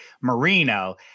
Marino